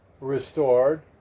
restored